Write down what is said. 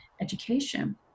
education